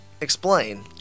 explain